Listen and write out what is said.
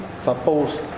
Suppose